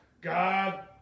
God